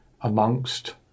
amongst